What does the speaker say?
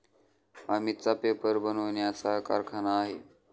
अमितचा पेपर बनवण्याचा कारखाना आहे